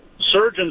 Surgeons